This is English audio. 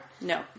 No